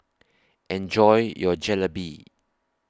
Enjoy your Jalebi